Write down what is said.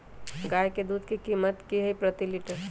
गाय के दूध के कीमत की हई प्रति लिटर?